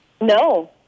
No